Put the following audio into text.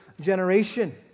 generation